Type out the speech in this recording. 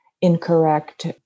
incorrect